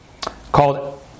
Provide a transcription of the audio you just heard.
called